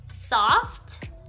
soft